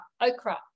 Okra